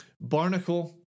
Barnacle